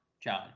John